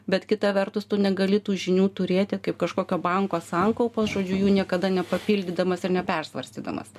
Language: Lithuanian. bet kita vertus tu negali tų žinių turėti kaip kažkokio banko sankaupos žodžiu jų niekada nepapildydamas ir nepersvarstydamas